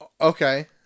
Okay